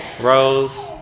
Rose